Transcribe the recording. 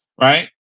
right